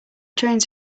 trains